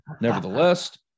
nevertheless